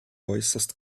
äußerst